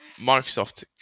Microsoft